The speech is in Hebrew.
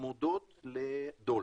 צמודות לדולר.